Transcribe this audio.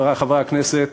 חברי חברי הכנסת,